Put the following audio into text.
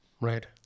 Right